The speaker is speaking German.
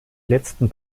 letzten